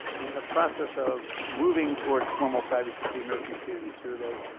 in the process of moving towards formal privacy for the american community survey,